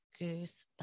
goosebumps